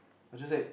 I just said